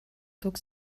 zog